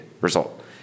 result